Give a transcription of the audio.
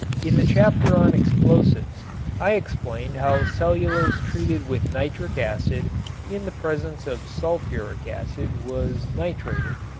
in the chapter on explosives i explained how cellulose treated with nitric acid in the presence of sulfuric acid was nitrated.